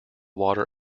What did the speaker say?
water